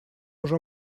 уже